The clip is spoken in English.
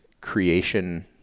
creation